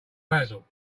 basil